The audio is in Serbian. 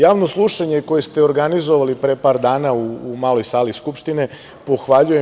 Javno slušanje koje ste organizovali pre par dana u maloj sali Skupštine pohvaljujem.